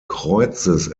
kreuzes